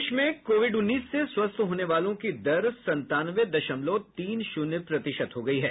प्रदेश में कोविड उन्नीस से स्वस्थ होने वालों की दर संतानवे दशमलव तीन शून्य प्रतिशत हो गयी है